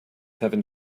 having